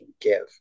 give